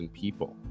people